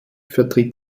vertritt